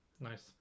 Nice